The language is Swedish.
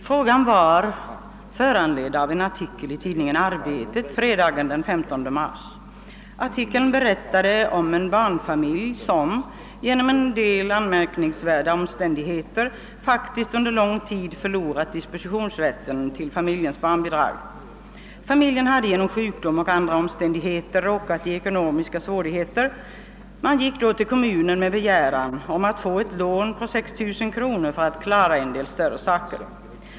Frågan har föranletts av en artikel i tidningen Arbetet fredagen den 15 mars, vilken berättade om en sexbarnsfamilj, som genom en del anmärkningsvärda omständigheter under lång tid förlorat dispositionsrätten till sina barnbidrag. Familjen hade genom sjukdom och av andra skäl råkat i eko nomiska svårigheter. Man gick då till kommunen med begäran om att få ett lån på 6 000 kronor för att klara av en del större utgifter.